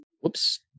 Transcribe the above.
Whoops